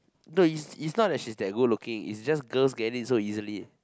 no it's not that she's that good looking is just girls get it so easily